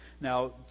Now